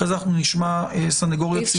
אחרי זה נשמע את הסניגוריה הציבורית.